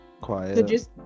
Quiet